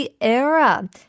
era